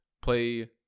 play